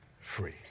free